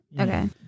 okay